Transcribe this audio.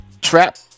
trap